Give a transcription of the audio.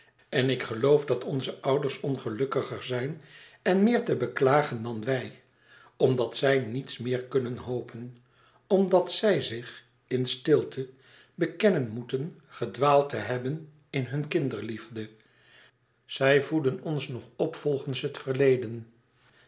en ik geloof dat onze arme ouders ongelukkiger zijn en meer te beklagen dan wij omdat zij niets meer kunnen hopen omdat zij zich in stilte bekennen moeten gedwaald te hebben in hun kinderliefde zij voedden ons nog op volgens het verleden